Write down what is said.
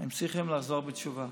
הזה מתמשך כבר כמה חודשים,